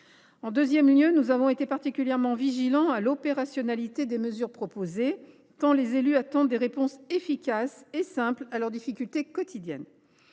En deuxième lieu, nous avons été particulièrement vigilants à l’opérationnalité des mesures proposées, tant les élus attendent des réponses efficaces et simples à leurs difficultés quotidiennes.